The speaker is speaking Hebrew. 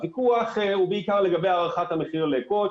הוויכוח הוא בעיקר לגבי הערכת המחיר לקוטש.